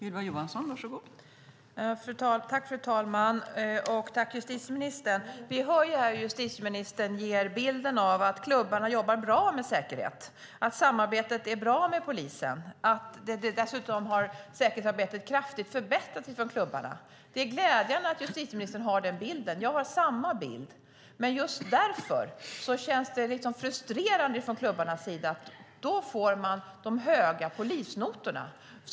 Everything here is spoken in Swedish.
Fru talman! Tack, justitieministern! Justitieministern ger här bilden av att klubbarna jobbar bra med säkerheten, att samarbetet med polisen är bra och att klubbarnas säkerhetsarbete dessutom kraftigt har förbättrats. Det är glädjande att justitieministern har den bilden. Jag har samma bild. Men just därför känns det frustrerande för klubbarna att de får de här höga polisnotorna.